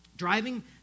driving